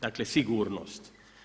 Dakle, sigurnost.